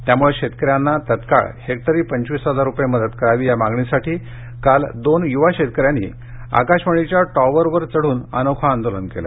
त्यामुळे तत्काळ शेतकऱ्यांना हेक्टरी पंचवीस हजार रुपये मदत करावी या मागणीसाठी काल दोन यूवा शेतकर्यांानी आकाशवाणीच्या टॉवरवर चढून अनोखे आंदोलन केले